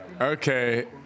Okay